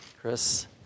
Chris